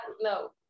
No